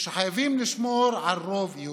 ושחייבים לשמור על רוב יהודי.